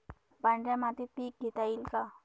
पांढऱ्या मातीत पीक घेता येईल का?